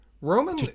Roman